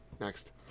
Next